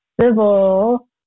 civil